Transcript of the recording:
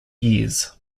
years